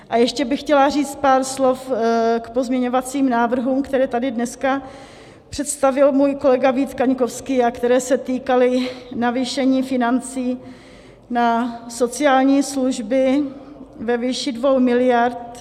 A ještě bych chtěla říct pár slov k pozměňovacím návrhům, které tady dneska představil můj kolega Vít Kaňkovský a které se týkaly navýšení financí na sociální služby ve výši 2 mld.